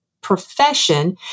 profession